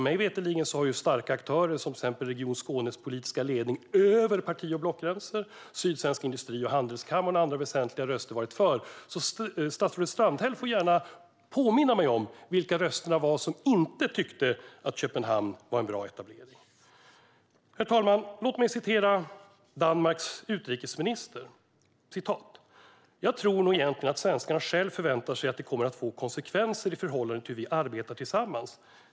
Mig veterligen har starka aktörer, till exempel Region Skånes politiska ledning, över parti och blockgränser, Sydsvenska Industri och Handelskammaren och andra väsentliga röster, varit för, så statsrådet Strandhäll får gärna påminna mig om vilka röster det var som inte tyckte att Köpenhamn var en bra etablering. Herr talman! Låt mig återge vad Danmarks utrikesminister har sagt: Jag tror nog egentligen att svenskarna själva förväntar sig att det kommer att få konsekvenser i förhållande till hur vi arbetar tillsammans.